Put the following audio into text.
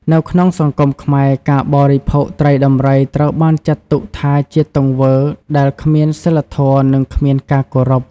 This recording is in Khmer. នៅក្នុងសង្គមខ្មែរ ការបរិភោគត្រីដំរីត្រូវបានចាត់ទុកថាជាទង្វើដែលគ្មានសីលធម៌និងគ្មានការគោរព។